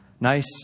Nice